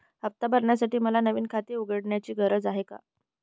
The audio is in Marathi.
हफ्ता भरण्यासाठी मला नवीन खाते उघडण्याची गरज आहे का?